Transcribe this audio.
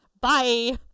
bye